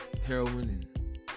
heroin